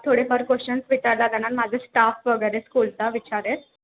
थोडे फार क्वेशन्स विचारला जाणार माझं स्टाफ वगैरे स्कुलचा विचारेल